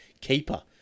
keeper